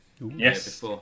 Yes